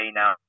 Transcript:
now